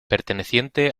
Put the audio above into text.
perteneciente